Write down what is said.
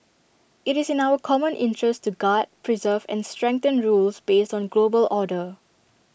IT is in our common interest to guard preserve and strengthen rules based on global order